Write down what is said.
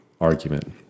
argument